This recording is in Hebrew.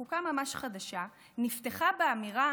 חוקה ממש חדשה, נפתחת באמירה